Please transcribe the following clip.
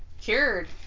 cured